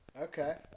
Okay